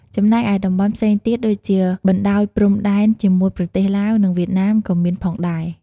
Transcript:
ចំណែកឯតំបន់ផ្សេងទៀត ដូចជា បណ្តោយព្រំដែនជាមួយប្រទេសឡាវ និងវៀតណាមក៏មានផងដែរ។